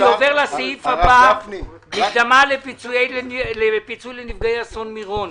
אני עובר לנושא הבא: מקדמה לפיצוי לנפגעי אסון מירון,